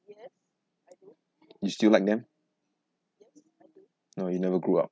you still like them no you never grew up